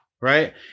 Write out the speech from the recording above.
right